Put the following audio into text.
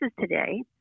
today